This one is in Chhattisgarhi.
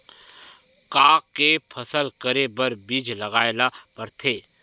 का के फसल करे बर बीज लगाए ला पड़थे?